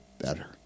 better